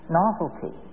novelty